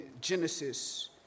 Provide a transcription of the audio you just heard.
Genesis